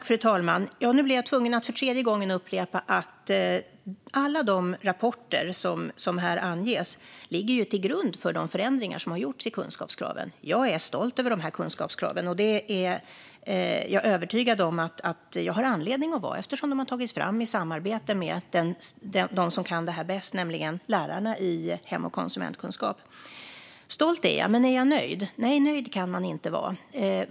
Fru talman! Nu blir jag tvungen att för tredje gången upprepa att alla de rapporter som anges här ligger till grund för de förändringar i kunskapskraven som har gjorts. Jag är stolt över kunskapskraven, och det är jag övertygad om att jag har anledning att vara eftersom de har tagits fram i samarbete med dem som kan detta bäst, nämligen lärarna i hem och konsumentkunskap. Stolt är jag, men är jag nöjd? Nej, nöjd kan man inte vara.